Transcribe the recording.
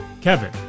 Kevin